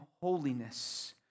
holiness